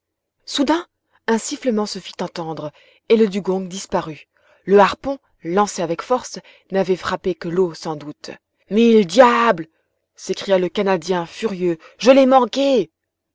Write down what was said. soudain un sifflement se fit entendre et le dugong disparut le harpon lancé avec force n'avait frappé que l'eau sans doute mille diables s'écria le canadien furieux je l'ai manqué